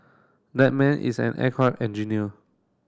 that man is an aircraft engineer